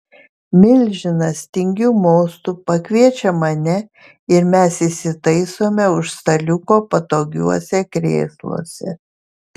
milžinas tingiu mostu pakviečia mane ir mes įsitaisome už staliuko patogiuose krėsluose